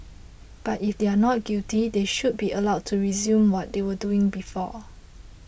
but if they are not guilty they should be allowed to resume what they were doing before